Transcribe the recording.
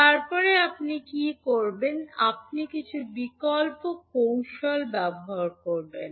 তারপরে আপনি কী করবেন আপনি কিছু বিকল্প কৌশল ব্যবহার করবেন